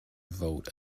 vote